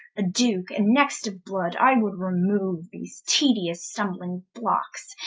a duke, and next of blood, i would remoue these tedious stumbling blockes,